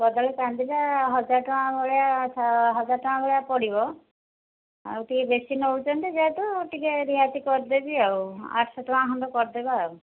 କଦଳୀ କାନ୍ଧିଟା ହଜାର ଟଙ୍କା ଭଳିଆ ହଜାର ଟଙ୍କା ଭଳିଆ ପଡ଼ିବ ଆଉ ଟିକେ ଦେଶୀ ନେଉଛନ୍ତି ଯେହେତୁ ଟିକେ ରିହାତି କରିଦେବି ଆଉ ଆଠ ଶହ ଟଙ୍କା ଖଣ୍ଡେ କରି ଦେବା ଆଉ